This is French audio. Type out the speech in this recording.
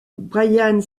brian